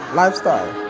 lifestyle